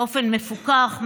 באופן מפוקח,